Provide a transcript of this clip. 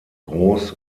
groß